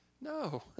No